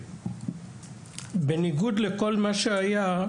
בניגוד לכל מה שהיה,